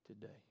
today